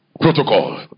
protocol